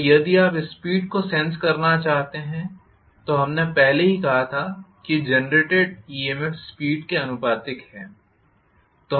तो यदि आप स्पीड को सेन्स करना चाहते हैं तो हमने पहले ही कहा था कि जेनरेटेड ईएमएफ स्पीड के आनुपातिक है